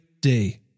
day